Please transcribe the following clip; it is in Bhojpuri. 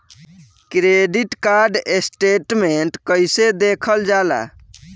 क्रेडिट कार्ड स्टेटमेंट कइसे देखल जाला?